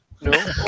No